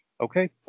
Okay